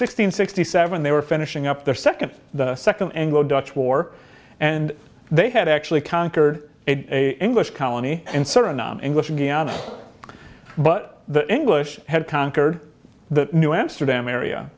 sixteen sixty seven they were finishing up their second the second anglo dutch war and they had actually conquered a english colony in english in ghana but the english had conquered the new amsterdam area